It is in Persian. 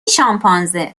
شامپانزه